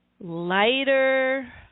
lighter